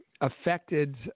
affected